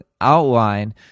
outline